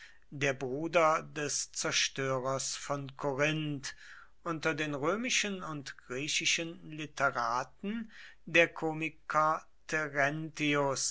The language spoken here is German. der bruder des zerstörers von korinth unter den römischen und griechischen literaten der komiker terentius